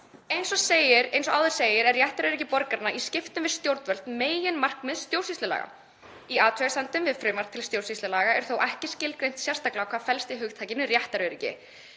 „Eins og áður segir er réttaröryggi borgaranna í skiptum við stjórnvöld meginmarkmið stjórnsýslulaga. Í athugasemdum við frumvarp til stjórnsýslulaga er þó ekki skilgreint sérstaklega hvað felst í hugtakinu „réttaröryggi“.